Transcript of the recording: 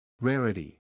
Rarity